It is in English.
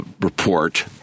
report